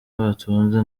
batunze